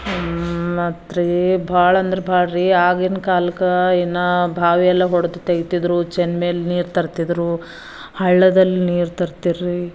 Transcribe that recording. ಮತ್ತರೀ ಬಹಳಂದ್ರ ಬಹಳ್ರಿ ಆಗಿನ ಕಾಲಕ್ಕೆ ಇನ್ನು ಬಾವಿಯೆಲ್ಲ ಹೊಡೆದು ತೆಗೀತಿದ್ರು ಚಿಲ್ಮೆಯಲ್ಲಿ ನೀರು ತರ್ತಿದ್ದರು ಹಳ್ಳದಲ್ಲಿ ನೀರು ತರ್ತೀರಿ